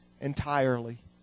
entirely